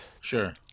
Sure